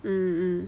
mm mm